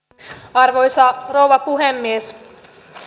arvoisa rouva puhemies